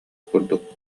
курдук